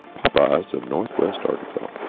popeyes of northwest arkansas